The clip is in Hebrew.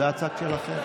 זה הצד שלכם.